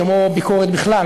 כמו ביקורת בכלל,